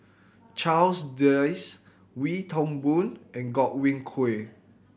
Charles Dyce Wee Toon Boon and Godwin Koay